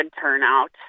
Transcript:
turnout